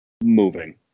moving